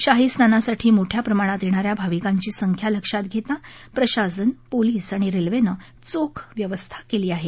शाही स्नानासाठी मोठ्या प्रमाणात येणाऱ्या भाविकांची संख्या लक्षात घेता प्राशासन पोलीस आणि रेल्वेनं चोख व्यवस्था केली आहे